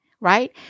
right